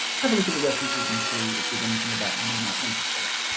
have a look at the references and see if there's anything about them we might want to edit.